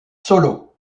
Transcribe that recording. solo